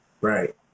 right